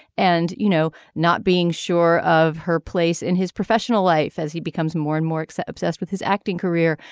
and you know not being sure of her place in his professional life as he becomes more and more except obsessed with his acting career.